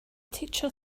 teacher